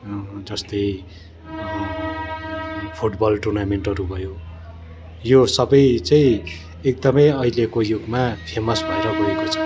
जस्तै फुटबल टुर्नामेन्टहरू भयो यो सबै चाहिँ एकदमै अहिलेको युगमा फेमस भएर गएको छ